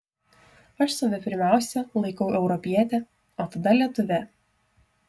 aš save pirmiausia laikau europiete o tada lietuve